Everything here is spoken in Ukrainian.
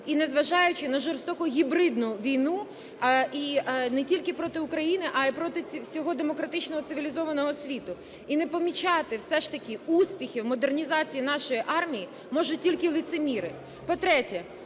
і незважаючи на жорстоку гібридну війну, і не тільки проти України, а й проти всього демократичного цивілізованого світу. І не помічати все ж таки успіхів модернізації нашої армії можуть тільки лицеміри. По-третє,